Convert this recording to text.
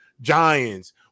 Giants